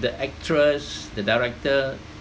the actress the director